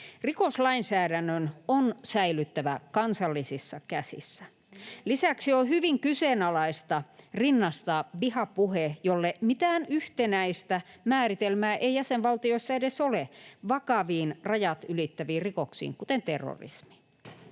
Rikoslainsäädännön on säilyttävä kansallisissa käsissä. Lisäksi on hyvin kyseenalaista rinnastaa vihapuhe — jolle mitään yhtenäistä määritelmää ei jäsenvaltioissa edes ole — vakaviin rajat ylittäviin rikoksiin kuten terrorismi.